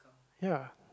ya